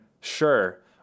Sure